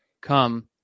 come